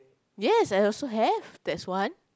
yes I also have that's one